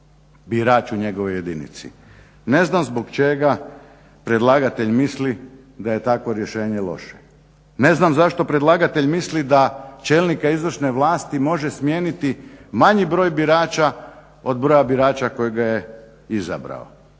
birač u njegovoj jedinici. Ne znam zbog čega predlagatelj misli da je takvo rješenje loše? Ne znam zašto predlagatelj misli da čelnika izvršne vlasti može smijeniti manji broj birača od broja birača koji ga je izabrao?